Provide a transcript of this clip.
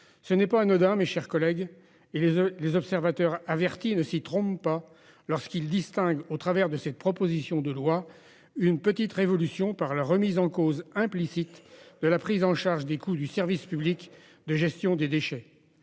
Ce n'est pas anodin, mes chers collègues, et les observateurs avertis ne s'y trompent pas, lorsqu'ils distinguent au travers de cette proposition de loi une petite révolution par la remise en cause implicite de la prise en charge des coûts du service public de gestion des déchets.